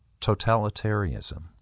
totalitarianism